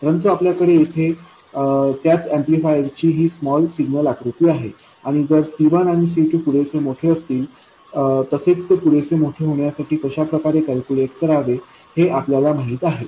परंतु आपल्याकडे येथे त्याच एम्पलीफायर ची ही स्मॉल सिग्नल आकृती आहे आणि जर C1आणि C2पुरेसे मोठे असतील तसेच ते पुरेसे मोठे होण्यासाठी कशा प्रकारे कॅल्क्युलेट करावे हे आपल्याला माहित आहे